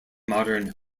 modern